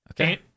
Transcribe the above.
Okay